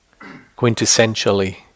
Quintessentially